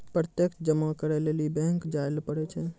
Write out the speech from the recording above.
प्रत्यक्ष जमा करै लेली बैंक जायल पड़ै छै